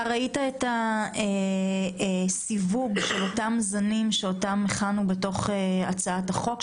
ראית את הסיווג של אותם זנים, שהכנו בהצעת החוק?